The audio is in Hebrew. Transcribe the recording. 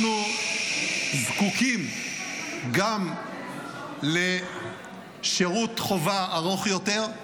אנחנו זקוקים גם לשירות חובה ארוך יותר,